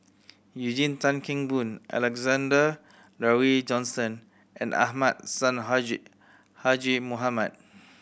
Eugene Tan Kheng Boon Alexander Laurie Johnston and Ahmad Sonhadji Mohamad